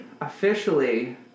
officially